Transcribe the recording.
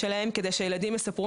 כדי שילדים יספרו,